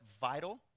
vital